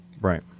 Right